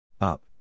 Up